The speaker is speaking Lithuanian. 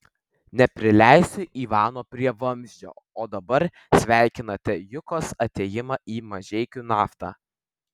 neprileisiu ivano prie vamzdžio o dabar sveikinate jukos atėjimą į mažeikių naftą